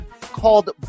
called